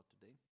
today